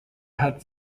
hat